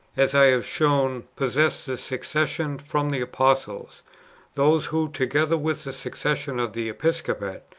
as i have shown, possess the succession from the apostles those who, together with the succession of the episcopate,